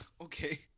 Okay